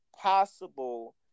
possible